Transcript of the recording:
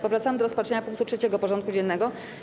Powracamy do rozpatrzenia punktu 3. porządku dziennego: